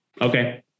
okay